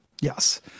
Yes